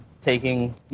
taking